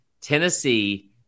Tennessee